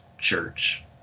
church